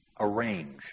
arrange